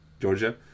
Georgia